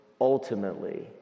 ultimately